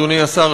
אדוני השר,